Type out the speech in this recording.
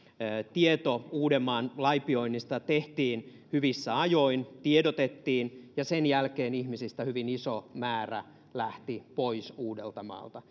tieto uudenmaan laipioinnista tehtiin hyvissä ajoin tiedotettiin ja sen jälkeen ihmisistä hyvin iso määrä lähti pois uudeltamaalta